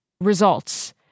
results